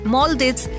Maldives